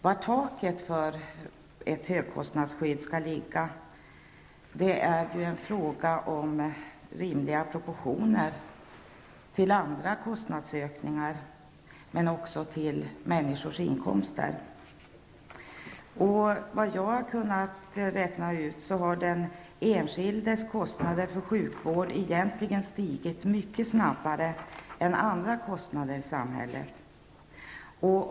Var taket för ett högkostnadsskydd skall ligga är en fråga om vad som är rimligt i proportion till andra kostnadsökningar och även till människors inkomst. Vad jag har kunnat räkna ut, har den enskildes kostnader för sjukvård egentligen stigit mycket snabbare än andra kostnader i samhället.